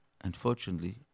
Unfortunately